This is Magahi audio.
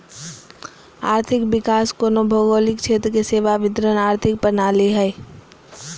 आर्थिक विकास कोनो भौगोलिक क्षेत्र के सेवा वितरण आर्थिक प्रणाली हइ